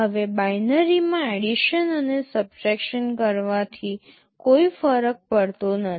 હવે બાઇનરિમાં એડિશન અને સબટ્રેકશન કરવાથી કોઈ ફરક પડતો નથી